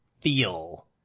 feel